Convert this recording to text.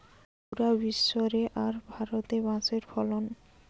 পুরা বিশ্ব রে আর ভারতে বাঁশের ফলন